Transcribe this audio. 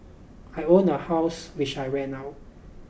I own a house which I rent out